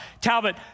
Talbot